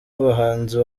abahanzi